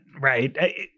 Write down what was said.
right